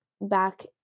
back